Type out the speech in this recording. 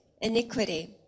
iniquity